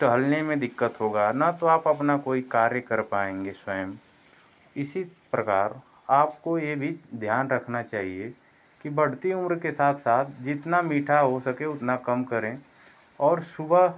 टहलने में दिक्कत होगा न तो आप अपना कोई कार्य कर पाएंगे स्वयं इसी प्रकार आपको ये भी ध्यान रखना चाहिए कि बढ़ती उम्र के साथ साथ जितना मीठा हो सके उतना कम करें और शुबह